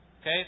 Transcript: Okay